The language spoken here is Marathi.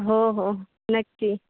हो हो नक्की